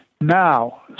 Now